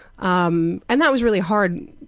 um and that was really hard,